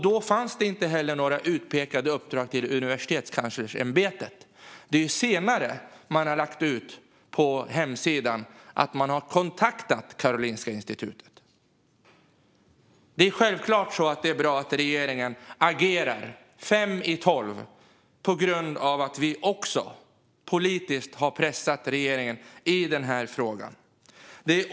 Då fanns inte några utpekade uppdrag till Universitetskanslersämbetet, utan det är senare som det har lagts ut på webbplatsen att Karolinska institutet har kontaktats. Det är självfallet bra att regeringen agerar, fem i tolv, på grund av att vi politiskt har pressat den i denna fråga.